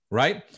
right